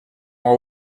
were